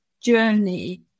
journey